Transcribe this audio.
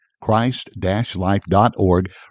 christ-life.org